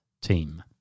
team